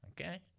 okay